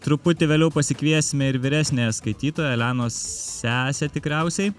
truputį vėliau pasikviesime ir vyresniąją skaitytoją elenos sesę tikriausiai